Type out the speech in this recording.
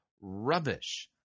rubbish